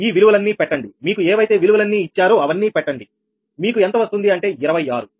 ఈ విలువలన్నీ పెట్టండి మీకు ఏవైతే విలువలన్నీ ఇచ్చారో అవన్నీ పెట్టండి మీకు ఎంత వస్తుంది అంటే 26